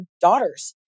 daughters